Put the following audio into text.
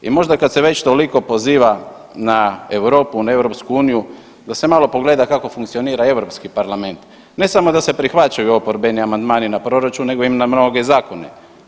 I možda kad se već toliko poziva na Europu i na EU da se malo pogleda kako funkcionira Europski parlament, ne samo da se prihvaćaju oporbeni amandmani na proračun nego i na mnoge zakone.